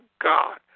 God